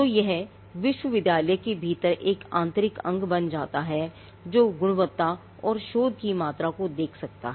तो यह विश्वविद्यालय के भीतर एक आंतरिक अंग बन जाता है जो गुणवत्ता और शोध की मात्रा को देख सकता है